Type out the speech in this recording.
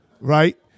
right